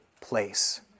place